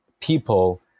people